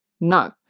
No